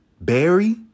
Barry